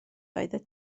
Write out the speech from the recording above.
oeddet